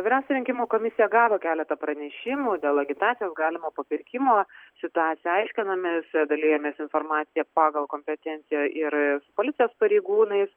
vyriausioji rinkimų komisija gavo keletą pranešimų dėl agitacijos galimo papirkimo situaciją aiškinamės dalijamės informacija pagal kompetenciją ir policijos pareigūnais